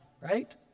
right